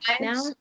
now